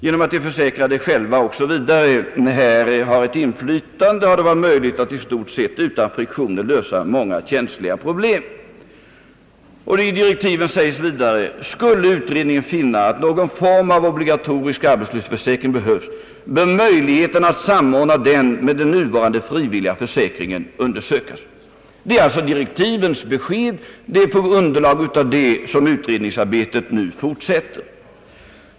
Genom att de försäkrade själva haft inflytande i kassorna har det varit möjligt att i stort sett utan friktioner lösa många känsliga problem.» I direktiven sägs vidare: »Skulle utredningen finna att någon form av obligatorisk arbetslöshetsförsäkring behövs, bör möjligheterna att samordna dem med den nuvarande frivilliga försäkringen undersökas.» Det är alltså direktivens besked, och det är med det underlaget som utredningsarbetet nu fortsätter.